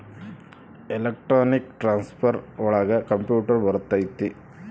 electronic transfer ಒಳಗ computer ಬರತೈತಿ